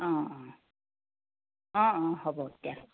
অঁ অঁ অঁ অঁ হ'ব তেতিয়াহ'লে